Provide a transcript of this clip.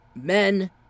Men